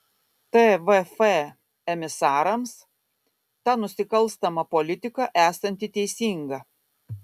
tvf emisarams ta nusikalstama politika esanti teisinga